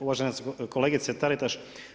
Uvažena kolegice Taritaš.